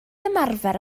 ymarfer